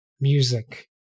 music